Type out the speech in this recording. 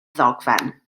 ddogfen